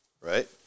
right